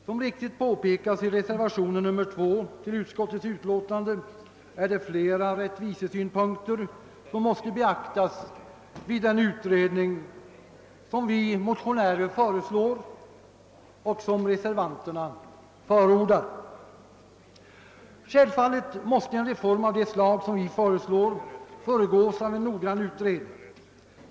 Som riktigt påpekas i den med 2 betecknade reservationen till utskottets utlåtande, är det flera rättvisesynpunkter som måste beaktas vid den utredning, som vi motionärer föreslår och som reservanterna förordar. Självfallet måste en reform av det slag som vi föreslår föregås av en noggrann utredning.